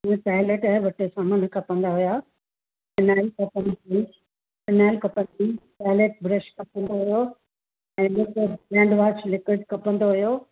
ईअं टॉइलेट जा ॿ टे सामान खपंदा हुया फिनाइल खपंदी हुई फिनाइल खपंदी हुई टॉइलेट ब्रश खपंदो हुओ ऐं हैंडवॉश लिक्विड खपंदो हुओ